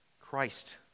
Christ